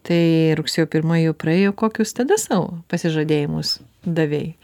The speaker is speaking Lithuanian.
tai rugsėjo pirmoji jau praėjo kokius tada sau pasižadėjimus davei